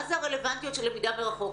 מה זה הרלוונטיות של למידה מרחוק?